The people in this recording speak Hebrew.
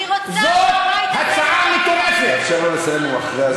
אני רוצה שהבית הזה יהיה פתוח.